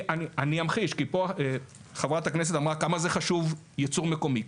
אני אמחיש כי חברת הכנסת אמרה פה כמה חשוב ייצור מקומי.